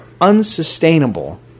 unsustainable